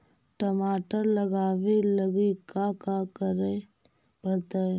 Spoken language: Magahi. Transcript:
टमाटर लगावे लगी का का करये पड़तै?